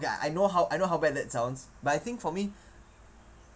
ya I know how I know how bad that sounds but I think for me